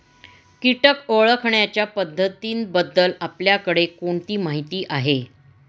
कीटक ओळखण्याच्या पद्धतींबद्दल आपल्याकडे कोणती माहिती आहे?